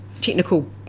technical